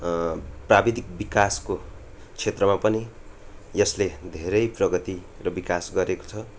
प्राविधिक विकासको क्षेत्रमा पनि यसले धेरै प्रगति र विकास गरेको छ